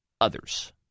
others